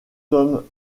tom